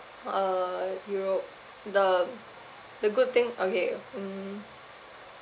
uh europe the the good thing okay mm